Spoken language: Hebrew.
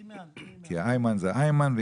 אימאן זה אמונה.